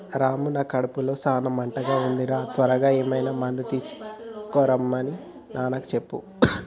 రాము నా కడుపులో సాన మంటగా ఉంది రా త్వరగా ఏమైనా మందు తీసుకొనిరమన్ని నాన్నకు చెప్పు